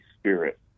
spirit